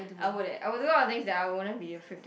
I would eh I would do a lot of things that wouldn't be afraid to